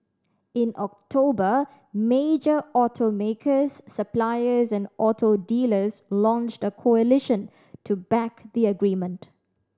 in October major automakers suppliers and auto dealers launched a coalition to back the agreement